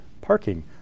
Parking